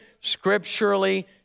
scripturally